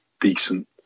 decent